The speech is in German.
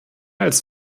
als